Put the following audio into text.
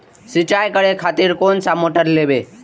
सीचाई करें खातिर कोन सा मोटर लेबे?